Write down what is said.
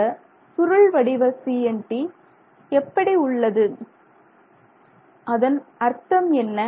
இந்த சுருள் வடிவ CNT எப்படி உள்ளது அதன் அர்த்தம் என்ன